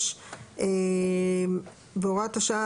פסקה (2)"; זה דרישה של שמירה של כל האישורים,